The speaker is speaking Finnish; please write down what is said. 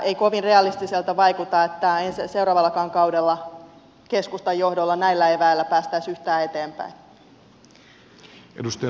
ei kovin realistiselta vaikuta että seuraavallakaan kaudella keskustan johdolla näillä eväillä päästäisiin yhtään eteenpäin